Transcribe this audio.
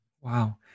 Wow